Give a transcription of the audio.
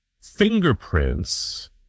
fingerprints